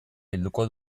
bilduko